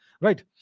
Right